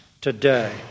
today